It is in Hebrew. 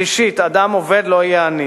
שלישית, אדם עובד לא יהיה עני